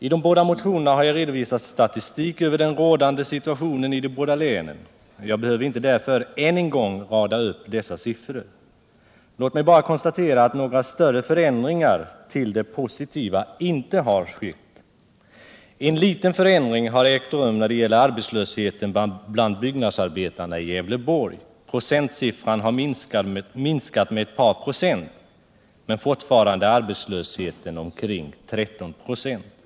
I de båda motionerna har jag redovisat statistik över den rådande situationen i de båda länen, jag behöver därför inte än en gång rada upp dessa siffror. Låt mig bara konstatera att några större förändringar till det bättre inte har skett. En liten förändring har ägt rum när det gäller arbetslösheten bland byggnadsarbetarna i Gävleborg. Denna har minskat med ett par procent, men fortfarande är den omkring 13 96.